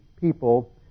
people